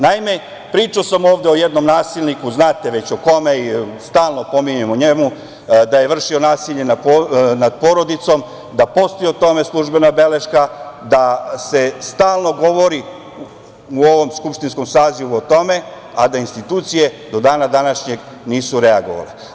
Naime, pričao sam ovde o jednom nasilniku, znate već o kome, stalno pričamo o njemu, da je vršio nasilje nad porodicom, da postoji o tome službena beleška, da se stalno govori u ovom skupštinskom sazivu o tome, a da institucije do dana današnjeg nisu reagovale.